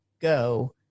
go